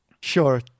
Sure